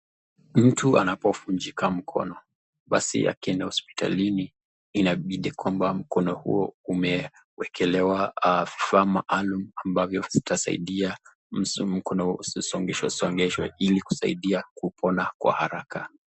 Mtu anapovunjika mkono, basi akienda hosipitalini, inabidi kwamba mkono huo umewekelewa vifaa maalum ambavyo zitasaidia mkono huo usisongeshwe songeshwe ili kusaidia kupona kwa haraka.